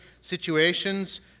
situations